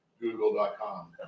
google.com